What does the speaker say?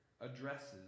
addresses